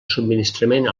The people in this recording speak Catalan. subministrament